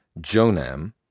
Jonam